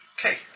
Okay